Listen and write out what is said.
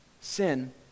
Sin